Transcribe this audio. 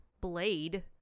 Blade